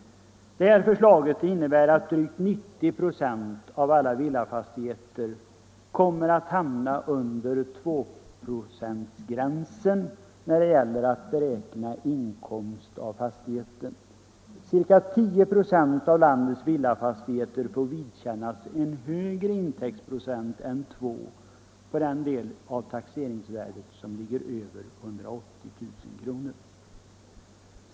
Förslaget betyder att drygt 90 926 av alla landets villafastigheter kommer att hamna under 2-procentsgränsen när det gäller att beräkna inkomst av fastigheten, medan ca 10 96 får vidkännas en högre intäktsprocent än 2 96 för den del av taxeringsvärdet som ligger över 180 000 kr.